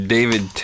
David